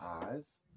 eyes